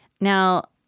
Now